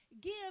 give